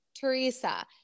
Teresa